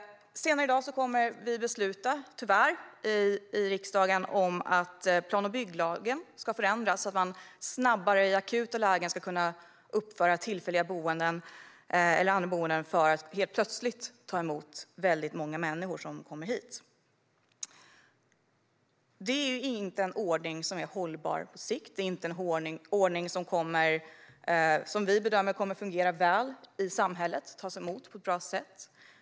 Senare i dag kommer vi att besluta, tyvärr, i riksdagen om att plan och bygglagen ska förändras så att man snabbare i akuta lägen ska kunna uppföra tillfälliga boenden eller andra boenden för att helt plötsligt ta emot väldigt många människor som kommer hit. Det är en ordning som inte är hållbar på sikt. Det är en ordning som, enligt vår bedömning, inte kommer att fungera väl i samhället eller tas emot på ett bra sätt.